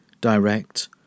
direct